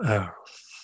earth